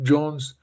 Jones